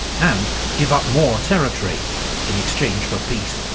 and give up more territory in exchange for peace.